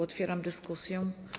Otwieram dyskusję.